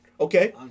okay